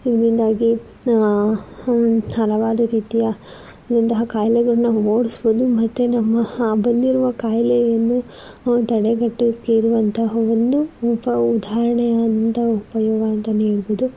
ಇದರಿಂದಾಗಿ ನಾವು ಹಲವಾರು ರೀತಿಯ ಇಂತಹ ಕಾಯಿಲೆಗಳನ್ನು ಓಡಿಸ್ಬೋದು ಮತ್ತೆ ನಮ್ಮ ಬಂದಿರುವ ಖಾಯಿಲೆಯನ್ನು ತಡೆಗಟ್ಟೋಕೆ ಇರುವಂತಹ ಒಂದು ಉಪಾ ಉದಾಹರಣೆ ಅಂತ ಉಪಯೋಗ ಅಂತಲೇ ಹೇಳ್ಬೋದು